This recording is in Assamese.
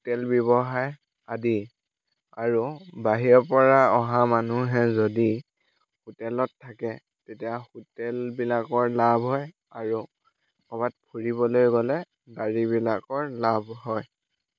হোটেল ব্যৱসায় আদি আৰু বাহিৰৰ পৰা অহা মানুহে যদি হোটেলত থাকে তেতিয়া হোটেলবিলাকৰ লাভ হয় আৰু ক'ৰবাত ফুৰিবলৈ গ'লে গাড়ীবিলাকৰ লাভ হয়